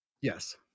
yes